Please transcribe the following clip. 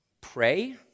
pray